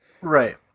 right